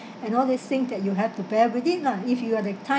and all this thing that you have to bear with it lah if you are that type